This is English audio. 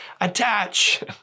attach